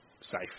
safe